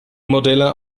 modelle